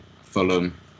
Fulham